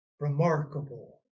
remarkable